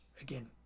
again